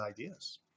ideas